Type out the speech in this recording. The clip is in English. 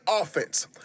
offense